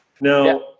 Now